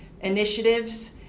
initiatives